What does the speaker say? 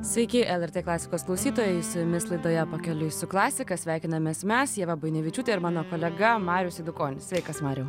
sveiki lrt klasikos klausytojai su jumis laidoje pakeliui su klasika sveikinamės mes ieva buinevičiūtė ir mano kolega marius eidukonis sveikas mariau